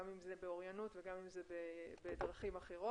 גם אם זה באוריינות וגם אם זה בדרכים אחרות.